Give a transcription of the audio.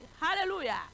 Hallelujah